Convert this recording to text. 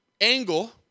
angle